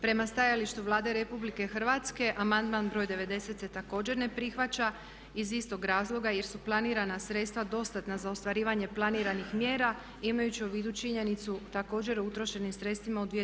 Prema stajalištu Vlade RH amandman br. 90. se također ne prihvaća iz istog razloga jer su planirana sredstva dostatna za ostvarivanje planiranih mjera imajući u vidu činjenicu također o utrošenim sredstvima u 2015. godini.